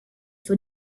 for